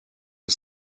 are